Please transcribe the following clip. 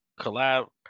collab